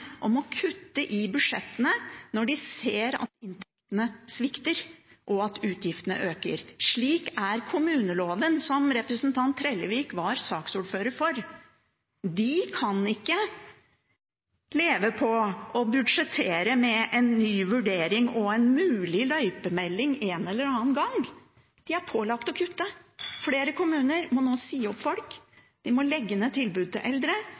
kutte i budsjettene når de ser at inntektene svikter og at utgiftene øker. Slik er kommuneloven, som representanten Trellevik var saksordfører for. De kan ikke leve på og budsjettere med en ny vurdering og en mulig løypemelding en eller annen gang. De er pålagt å kutte. Flere kommuner må nå si opp folk, de må legge ned tilbudet til eldre,